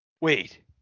Wait